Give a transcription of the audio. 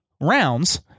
rounds